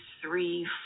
three